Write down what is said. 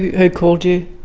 who called you?